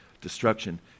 destruction